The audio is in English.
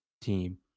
team